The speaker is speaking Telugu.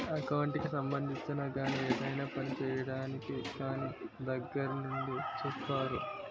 ఎకౌంట్ కి సంబంధించి గాని ఏదైనా పని చేయడానికి కానీ దగ్గరుండి సూత్తారు